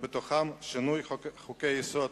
ובתוכה שינוי חוקי-יסוד